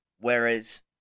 whereas